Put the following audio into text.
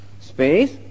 Space